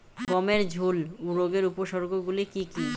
গমের ঝুল রোগের উপসর্গগুলি কী কী?